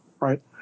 Right